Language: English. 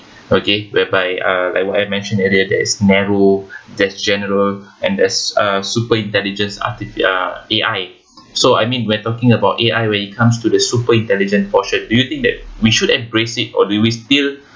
okay whereby uh like what I mentioned earlier there is narrow there's general and there's uh super intelligence arti~ uh A_I so I mean we're talking about A_I when it comes to the super intelligence portion do you think that we should embrace it or do we still